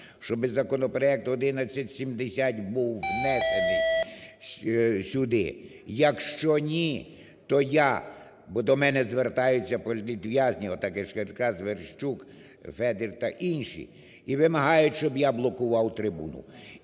щоб законопроект 1170 був внесений сюди. Якщо ні, то я, бо до мене звертаються політв'язні –……… Федір та інші – і вимагають, щоб я блокував трибуну.